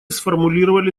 сформулировали